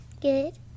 Good